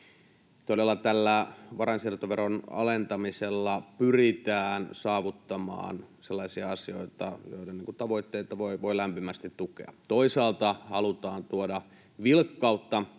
Todella tällä varainsiirtoveron alentamisella pyritään saavuttamaan sellaisia asioita, joiden tavoitteita voi lämpimästi tukea. Toisaalta halutaan tuoda vilkkautta